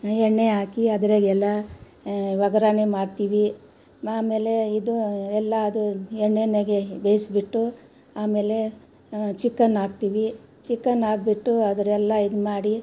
ಎಣ್ಣೆ ಹಾಕಿ ಅದ್ರಲೆಲ್ಲಾ ಒಗ್ಗರಣೆ ಮಾಡ್ತೀವಿ ಆಮೇಲೆ ಇದು ಎಲ್ಲ ಅದು ಎಣ್ಣೆಯಾಗೆ ಬೇಯಿಸಿಬಿಟ್ಟು ಆಮೇಲೆ ಚಿಕನ್ ಹಾಕ್ತೀವಿ ಚಿಕನ್ ಹಾಕ್ಬಿಟ್ಟು ಅದರೆಲ್ಲ ಇದು ಮಾಡಿ